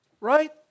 Right